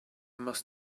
must